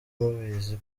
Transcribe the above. mubizi